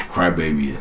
Crybaby